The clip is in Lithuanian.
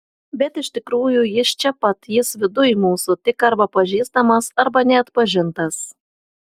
bet iš tikrųjų jis čia pat jis viduj mūsų tik arba pažįstamas arba neatpažintas